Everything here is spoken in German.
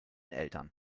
eltern